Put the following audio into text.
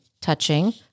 touching